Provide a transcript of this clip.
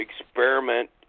experiment